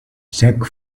jack